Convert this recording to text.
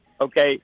Okay